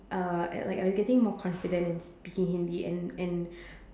uh at like I was getting more confident in speaking Hindi and and